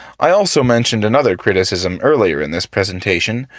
i also mentioned another criticism earlier in this presentation,